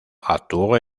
actuó